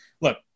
look